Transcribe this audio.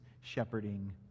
shepherding